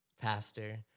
pastor